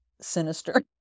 sinister